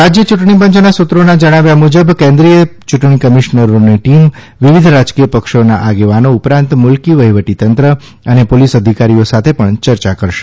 રાજ્ય યૂંટણી પંચના સૂત્રોના જણાવ્યા મુજબ કેન્દ્રિથ યૂંટણી કમીશનરોની ટીમ વિવિધ રાજકીય પક્ષોના આગેવાનો ઉપરાંત મુલકી વહિવટીતંત્ર અને પોલીસ અધિકારીઓ સાથે પણ ચર્ચા કરશે